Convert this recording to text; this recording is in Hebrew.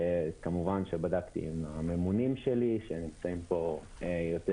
וכמובן שבדקתי עם הממונים שלי שהם הגיעו